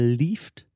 lift